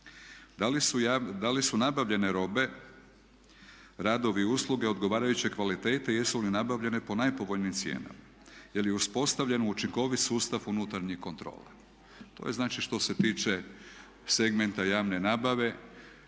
Da li su nabavljene robe radovi i usluge odgovarajuće kvalitete i jesu li nabavljene po najpovoljnijim cijenama. Je li uspostavljen učinkovit sustav unutarnjih kontrola. To je znači što se tiče segmenta javne nabave.